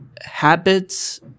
habits